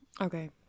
okay